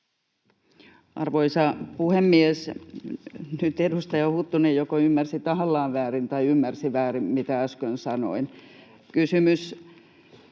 Arvoisa puhemies! Nyt edustaja Huttunen joko ymmärsi tahallaan väärin tai ymmärsi väärin, mitä äsken sanoin. Voidaan